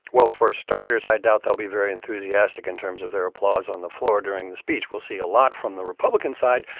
well, for starters, i doubt they'll be very enthusiastic in terms of their applause on the floor during the speech. we'll see a lot from the republican side,